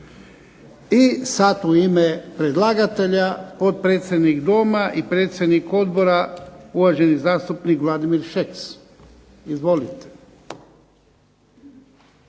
I sada u ime predlagatelja, potpredsjednik Dom i predsjednik Odbora, uvaženi zastupnik Vladimir Šeks. Izvolite.